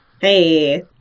Hey